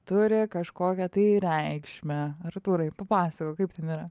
turi kažkokią tai reikšmę arturai papasakok kaip ten yra